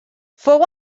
fou